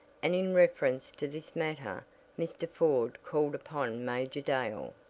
and in reference to this matter mr. ford called upon major dale.